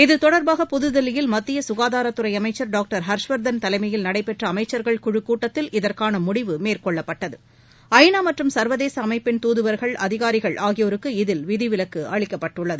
இது தொடர்பாக புதுதில்லியில் மத்திய சுகாதாரத்துறை அமைச்சர் டாக்டர் ஹர்ஸ்வர்தன் தலைமையில் நடைபெற்ற அமைச்சர்கள் குழு கூட்டத்தில் இதற்கான முடிவு மேற்கொள்ளப்பட்டது ஐ நா மற்றும் சர்வதேச அமைப்பின் தூதுவர்கள் அதிகாரிகள் ஆகியோருக்கு இதில் விதிவிலக்கு அளிக்கப்பட்டுள்ளது